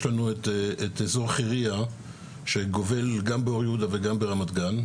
יש לנו את אזור חירייה שגובל גם באור יהודה וגם ברמת גן.